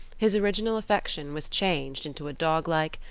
his original affection was changed into a dog like,